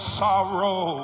sorrow